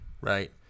right